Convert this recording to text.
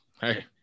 Hey